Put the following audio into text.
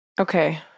Okay